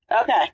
Okay